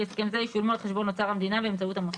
הסכם זה ישולמו על חשבון אוצר המדינה באמצעות המוסד.